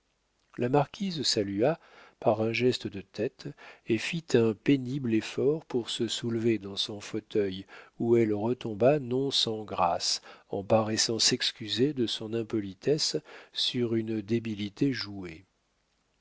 la marquise salua par un geste de tête et fit un pénible effort pour se soulever dans son fauteuil où elle retomba non sans grâce en paraissant s'excuser de son impolitesse sur une débilité jouée